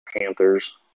Panthers